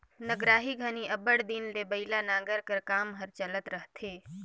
नगराही घनी अब्बड़ दिन ले बइला नांगर कर काम हर चलत रहथे